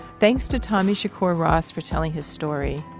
thanks to tommy shakur ross for telling his story.